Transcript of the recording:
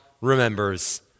remembers